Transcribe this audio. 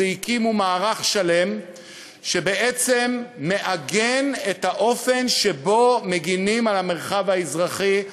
זה הקימו מערך שלם שבעצם מעגן את האופן שבו מגינים על המרחב האזרחי,